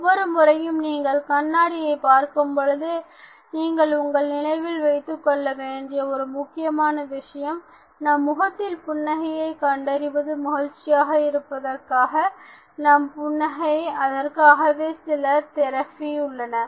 ஒவ்வொரு முறையும் நீங்கள் கண்ணாடியைப் பார்க்கும் பொழுது நீங்கள் உங்கள் நினைவில் வைத்துக்கொள்ள வேண்டிய ஒரு முக்கியமான விஷயம் நம் முகத்தில் புன்னகையைக் கண்டறிவது மகிழ்ச்சியாக இருப்பதற்காக மற்றும் புன்னகை அதற்காகவே சில தெரபி உள்ளன